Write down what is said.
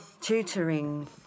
tutoring